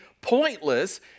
pointless